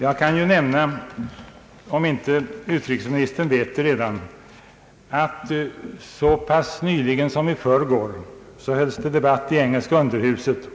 Jag kan nämna — om inte utrikesministern vet det redan — att så pass nyligen som i förrgår hölls det debatt i engelska underhuset.